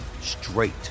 straight